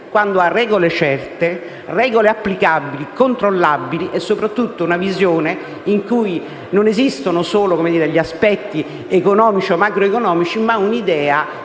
quando ha regole certe, applicabili e controllabili, e soprattutto una visione in cui non esistono solo gli aspetti economici o macroeconomici, ma anche